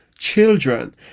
children